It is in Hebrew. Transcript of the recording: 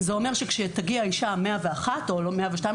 זה אומר שכשתגיע האישה ה-101 או 102,